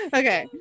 okay